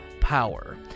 power